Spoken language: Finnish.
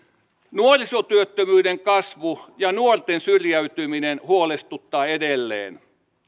nuorisotyöttömyyden kasvu ja nuorten syrjäytyminen huolestuttavat edelleen